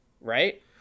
Right